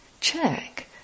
Check